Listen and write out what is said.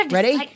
Ready